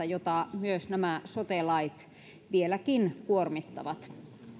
jota myös sote lait vieläkin kuormittavat